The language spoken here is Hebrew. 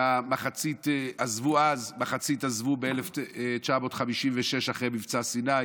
ומחציתם עזבו אז ומחצית עזבו ב-1956 אחרי מבצע סיני,